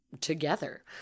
together